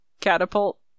catapult